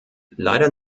leider